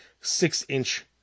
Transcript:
six-inch